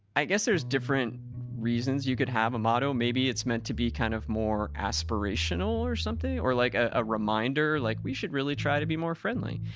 i guess there's different reasons you could have a motto. maybe it's meant to be kind of more aspirational or something. or like a reminder like, we should really try to be more friendly.